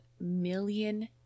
million